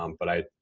um but i,